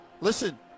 listen